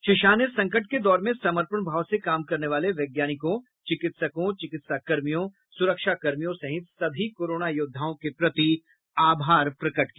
श्री शाह ने संकट के दौर में समर्पण भाव से काम करने वाले वैज्ञानिकों चिकित्सकों चिकित्साकर्मियों सुरक्षाकर्मियों सहित सभी कोरोना योद्धाओं के प्रति आभार प्रकट किया